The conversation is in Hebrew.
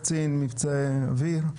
קצין מבצעי אוויר?